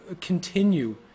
continue